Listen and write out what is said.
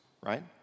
right